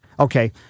Okay